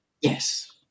Yes